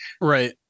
right